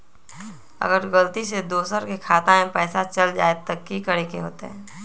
अगर गलती से दोसर के खाता में पैसा चल जताय त की करे के होतय?